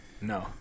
No